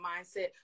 mindset